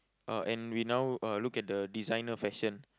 uh and we now uh look at the designer fashion